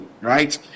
right